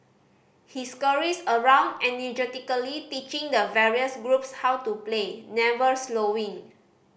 he scurries around energetically teaching the various groups how to play never slowing